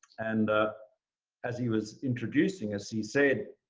and as he was introducing us, he said,